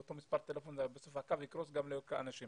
לאותו טלפון, בסוף הקו יקרוס למתקשרים.